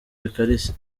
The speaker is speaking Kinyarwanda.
bikarishye